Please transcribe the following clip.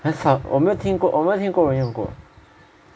很少我没有听过我没有听过人用过